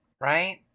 Right